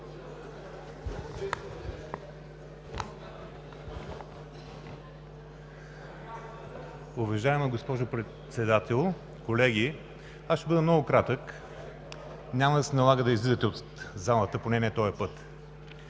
Уважаема госпожо Председател, колеги! Аз ще бъда много кратък, няма да се налагате да излизате от залата. Поне, не и този път!